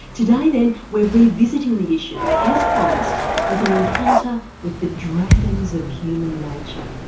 today then we're revisiting the issue as promised with an encounter with the dragons of human nature.